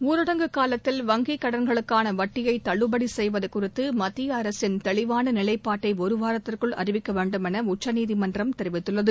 ஊரடங்கு காலத்தில் வங்கிக் கடன்களுக்கான வட்டியை தள்ளுபடி செய்வது குறித்து மத்திய அரசின் தெளிவான நிலைப்பாட்டை ஒருவாரத்திற்குள் அறிவிக்க வேண்டும் என உச்சநீதிமன்றம் தெரிவித்துள்ளது